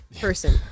person